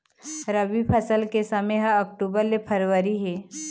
रबी फसल के समय ह अक्टूबर ले फरवरी हे